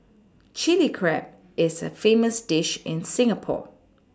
Chilli Crab is a famous dish in Singapore